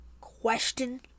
Question